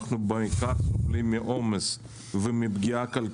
גם אם אנשים לא ידברו היום, אל תתרגשו יהיה עוד